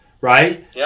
right